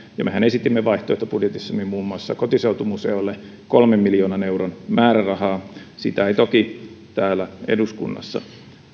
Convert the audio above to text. mehän esitimme vaihtoehtobudjetissamme muun muassa kotiseutumuseoille kolmen miljoonan euron määrärahaa sitä ei toki täällä eduskunnassa